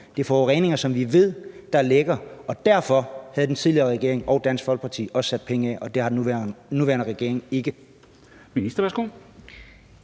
er forureninger, som vi ved der lækker, og derfor havde den tidligere regering og Dansk Folkeparti også sat penge af, og det har den nuværende regering ikke.